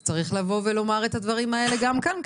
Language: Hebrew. אז צריך לבוא ולומר את הדברים האלה גם כאן,